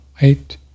eight